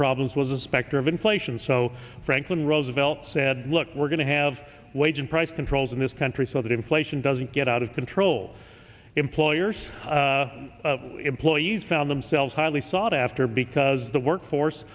problems was the specter of inflation so franklin roosevelt said look we're going to have wage and price controls in this country so that inflation doesn't get out of control employers employees found themselves highly sought after because the workforce